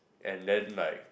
and then like